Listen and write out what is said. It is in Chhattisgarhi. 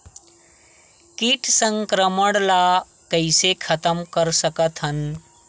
कीट संक्रमण ला कइसे खतम कर सकथन?